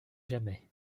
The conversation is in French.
jamais